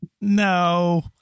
No